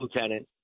lieutenant